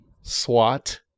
SWAT